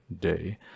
day